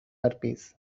herpes